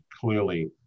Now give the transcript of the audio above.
clearly